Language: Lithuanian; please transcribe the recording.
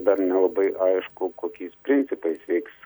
dar nelabai aišku kokiais principais veiks